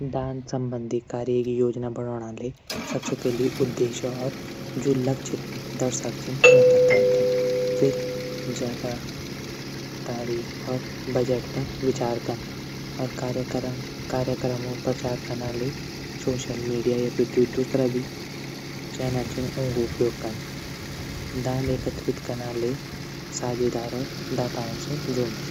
दान सम्बन्धी कार्य योजना बणौले सबसे पैली उद्देश्य और जू दर्शक लक्ष्य उथैं तय कन फिर जगल वा तारीख बजट पर विचार कन कार्यक्रम प्रचार कनाले सोशल मीडिया और ज्यू तरह भी चैनल छन ऊंक उपयोग कन दान एकत्र कनाले साझेदार वा दाताओ से जुंड।